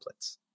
templates